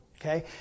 okay